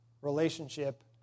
relationship